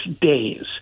days